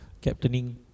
Captaining